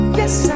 yes